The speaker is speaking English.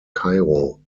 cairo